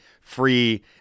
free